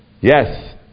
yes